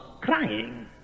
crying